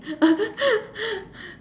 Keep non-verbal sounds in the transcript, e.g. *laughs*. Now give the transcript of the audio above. *laughs*